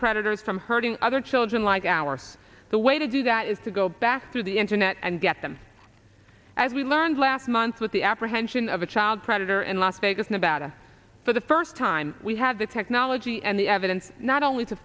predators from hurting other children like our the way to do that is to go back through the internet and get them as we learned last month with the apprehension of a child predator in las vegas nevada for the first time we have the technology and the evidence not only to